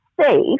safe